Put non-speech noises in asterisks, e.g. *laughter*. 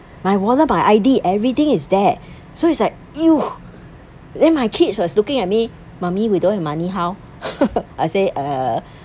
my wallet my I_D everything is there *breath* so it's like !eww! then my kids were looking at me mummy we don't have money how *laughs* I say uh